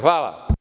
Hvala.